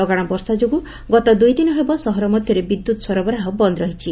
ଲଗାଶ ବର୍ଷା ଯୋଗୁଁ ଗତ ଦୁଇଦିନ ହେବ ସହର ମଧ୍ଘରେ ବିଦ୍ୟୁତ୍ ସରବରାହ ବନ୍ଦ ରହିଛି